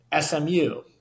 SMU